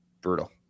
brutal